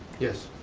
yes.